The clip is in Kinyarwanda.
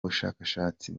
bushakashatsi